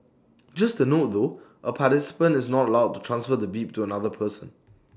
just A note though A participant is not allowed to transfer the bib to another person